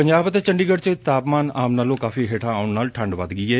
ਪੰਜਾਬ ਅਤੇ ਚੰਡੀਗੜ ਚ ਤਾਪਮਾਨ ਆਮ ਨਾਲੋਂ ਕਾਫ਼ੀ ਹੇਠਾਂ ਆਉਣ ਨਾਲ ਠੰਢ ਵੱਧ ਗਈ ਏ